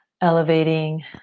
elevating